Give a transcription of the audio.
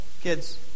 Kids